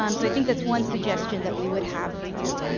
um so i think that's one suggestion that we would have for you.